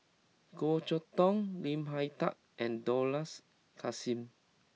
Goh Chok Tong Lim Hak Tai and Dollah Kassim